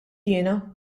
jiena